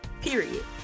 period